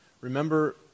Remember